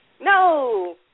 No